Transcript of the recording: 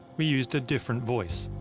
we used a different voice.